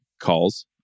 calls